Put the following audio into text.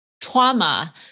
trauma